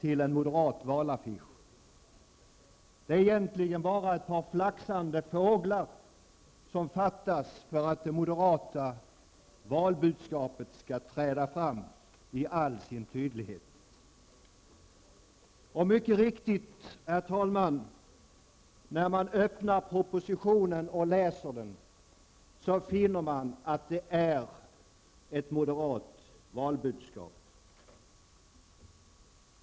Det fattas egentligen bara ett par flaxande fåglar för att det moderata valbudskapet skall träda fram i all sin tydlighet. Herr talman! När man öppnar propositionen och läser den, så finner man mycket riktigt att det är ett moderat valbudskap.